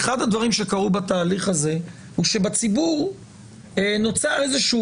אחד הדברים שקרו בתהליך הזה הוא שבציבור נוצר איזשהו